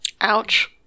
Ouch